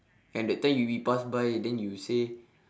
and that time we we pass by then you say